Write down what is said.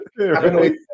Okay